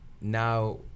now